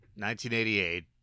1988